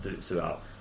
throughout